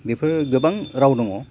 बेफोर गोबां राव दङ